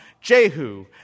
Jehu